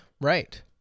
Right